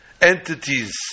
entities